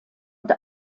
und